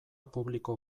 publiko